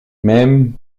même